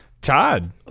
Todd